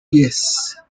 pies